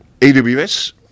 AWS